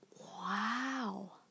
wow